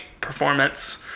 performance